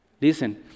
Listen